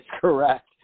correct